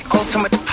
ultimate